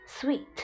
sweet